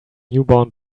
newborn